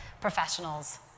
professionals